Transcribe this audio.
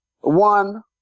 one